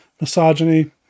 Misogyny